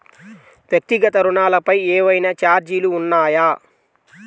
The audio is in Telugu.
వ్యక్తిగత ఋణాలపై ఏవైనా ఛార్జీలు ఉన్నాయా?